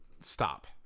stop